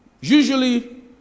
usually